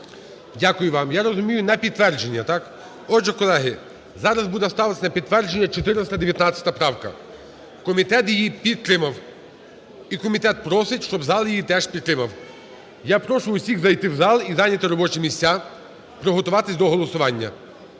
Дякую вам. Я розумію, на підтвердження, так? Отже, колеги, зараз буде ставитись на підтвердження 419 правка. Комітет її підтримав. І комітет просить, щоб зал її теж підтримав. Я прошу усіх зайти в зал і зайняти робочі місця, приготуватись до голосування.